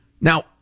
Now